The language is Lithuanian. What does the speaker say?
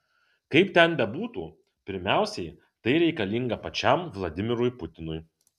kaip ten bebūtų pirmiausiai tai reikalinga pačiam vladimirui putinui